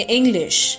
English